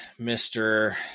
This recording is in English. Mr